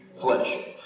Flesh